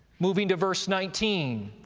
moving to verse nineteen.